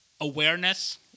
awareness